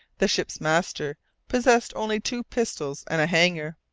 the ship's master possessed only two pistols and a hanger.